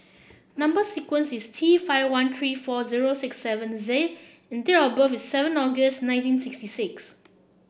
number sequence is T five one three four zero six seven Z and date of birth is seven August nineteen sixty six